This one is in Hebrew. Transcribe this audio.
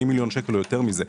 40 מיליון ₪ או ביותר מזה.